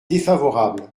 défavorable